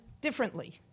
differently